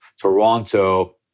Toronto